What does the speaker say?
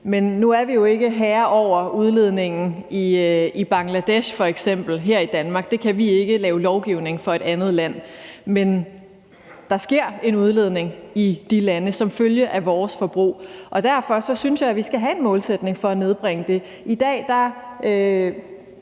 her i Danmark ikke herre over udledningen i f.eks. Bangladesh. Vi kan ikke lave lovgivning for et andet land, men der sker en udledning i de lande som følge af vores forbrug, og derfor synes jeg, at vi skal have en målsætning for at nedbringe det. Hvis resten